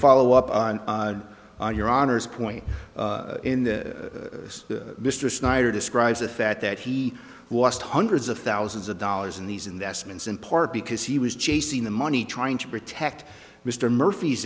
follow up on your honor's point in the us mr snyder describes the fact that he lost hundreds of thousands of dollars in these investments in part because he was chasing the money trying to protect mr murphy's